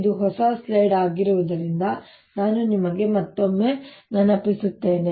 ಇದು ಹೊಸ ಸ್ಲೈಡ್ ಆಗಿರುವುದರಿಂದ ನಾನು ನಿಮಗೆ ಮತ್ತೊಮ್ಮೆ ನೆನಪಿಸುತ್ತೇನೆ